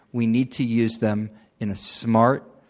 we need to use them in a smart,